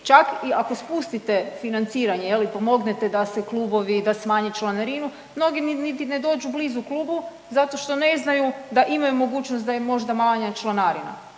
čak i ako spustite financiranje i pomognete da se klubovi, da smanje članarinu, mnogi niti ne dođu blizu klubu zato što ne znaju da imaju mogućnost da im je možda manja članarina,